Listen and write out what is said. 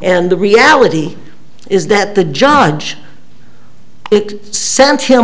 and the reality is that the judge it sent him